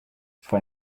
for